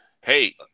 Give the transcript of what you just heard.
hey